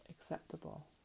acceptable